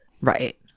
Right